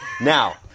Now